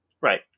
Right